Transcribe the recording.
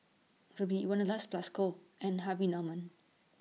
Rubi Wanderlust Plus Co and Harvey Norman